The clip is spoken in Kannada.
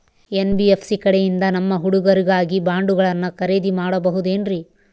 ಎನ್.ಬಿ.ಎಫ್.ಸಿ ಕಡೆಯಿಂದ ನಮ್ಮ ಹುಡುಗರಿಗಾಗಿ ಬಾಂಡುಗಳನ್ನ ಖರೇದಿ ಮಾಡಬಹುದೇನ್ರಿ?